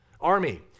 army